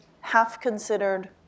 half-considered